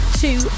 two